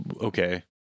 Okay